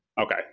Okay